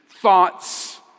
thoughts